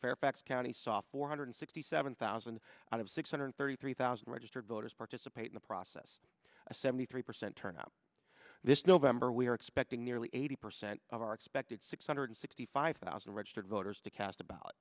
fairfax county saw four hundred sixty seven thousand six hundred thirty three thousand registered voters participate in the process a seventy three percent turnout this november we're expecting nearly eighty percent of our expected six hundred sixty five thousand registered voters to cast about